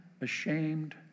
ashamed